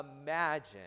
imagine